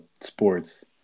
sports